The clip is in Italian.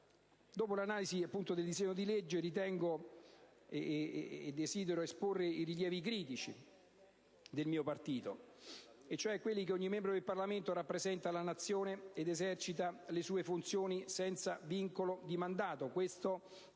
Dopo l'analisi del disegno di legge, desidero esporre i rilievi critici mossi dal mio partito. «Ogni membro del Parlamento rappresenta la Nazione ed esercita le sue funzioni senza vincolo di mandato»,